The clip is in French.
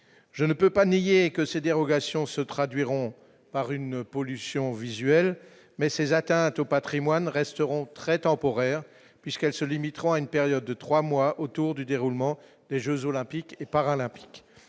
je ne peux pas nier que ces dérogations se traduiront par une pollution visuelle, mais ces atteintes au Patrimoine resteront très temporaire puisqu'elles se limiteront à une période de 3 mois autour du déroulement des Jeux olympiques et paralympiques,